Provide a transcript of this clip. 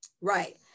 Right